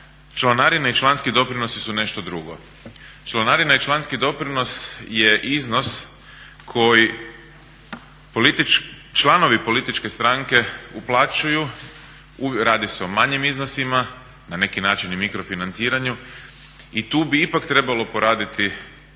članarine i članski doprinosi su nešto drugo. Članarina i članski doprinos je iznos koji članovi političke stranke uplaćuju, radi se o manjim iznosima, na neki način i mikro financiranju, i tu bi ipak trebalo poraditi na